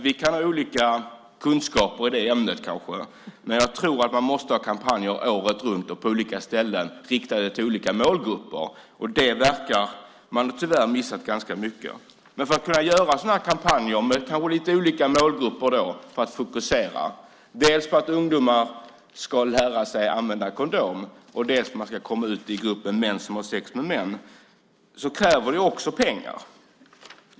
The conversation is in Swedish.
Vi kan ha olika kunskaper i det ämnet kanske, men jag tror att man måste ha kampanjer året runt, på olika ställen och riktade till olika målgrupper. Det verkar man tyvärr ha missat ganska mycket. För att kunna göra sådana här kampanjer riktade mot lite olika målgrupper krävs också pengar. Det handlar om att fokusera dels på att ungdomar ska lära sig använda kondom, dels på att nå ut till gruppen män som har sex med män.